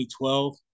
2012